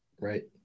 Right